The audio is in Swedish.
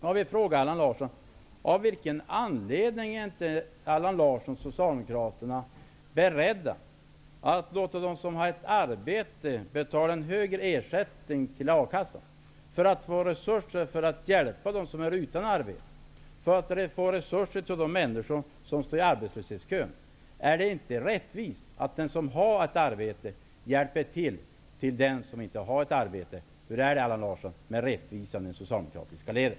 Jag vill fråga Allan Larsson: Av vilken anledning är Allan Larsson och Socialdemokraterna inte beredda att låta dem som har ett arbete betala en högre ersättning till A kassan, så att vi därmed får resurser för att hjälpa dem som saknar arbete samt resurser för de människor som står i arbetslöshetskön? Är det inte rättvist att den som har ett arbete hjälper den som inte har ett arbete? Hur är det, Allan Larsson, med rättvisan i de socialdemokratiska leden?